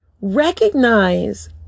recognize